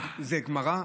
זו גמרא,